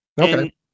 Okay